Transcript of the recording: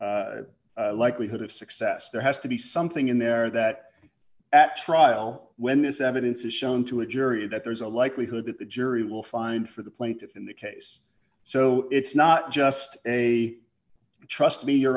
of likelihood of success there has to be something in there that at trial when this evidence is shown to a jury that there's a likelihood that the jury will find for the plaintiffs in the case so it's not just a trust me you